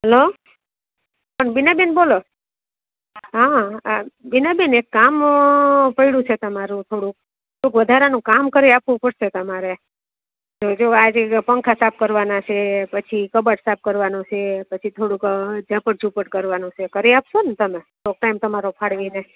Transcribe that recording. hello કોણ બીનાબેન બોલો હા બીનાબેન એક કામ પડ્યું છે તમારું થોડુંક થોડુકં વધારાનું કામ કરી આપવું પડશે તમારે જો જો આજે જ પંખા સાફ કરવાના છે પછી કબાટ સાફ કરવાનું છે પછી થોડુંક ઝાપડ ઝૂપટ કરવાનું છે કરી આપશો ને તમે થોડોક ટાઇમ તમારો ફાળવીને